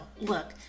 Look